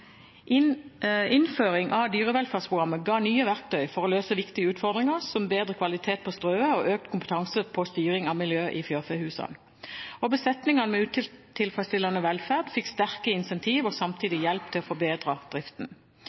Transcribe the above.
av dyrevelferdsprogrammet ga nye verktøy for å løse viktige utfordringer, som bedre kvalitet på strøet og økt kompetanse på styring av miljøet i fjørfehusene. Besetningene med utilfredsstillende velferd fikk sterke incentiver, og samtidig hjelp, til å forbedre driften.